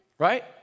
Right